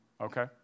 okay